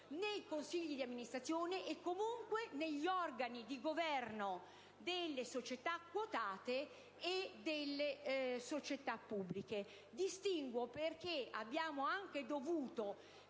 nei consigli di amministrazione e comunque negli organi di governo delle società quotate e delle società pubbliche (distinguo perché abbiamo anche dovuto